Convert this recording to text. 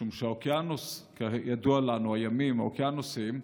משום שהאוקיאנוס, כידוע לנו, הימים, האוקיאנוסים,